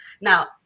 now